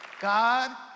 God